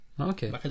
Okay